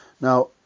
Now